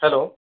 hello